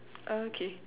oh okay